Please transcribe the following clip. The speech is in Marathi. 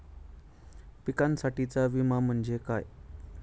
पिकांसाठीचा विमा म्हणजे काय?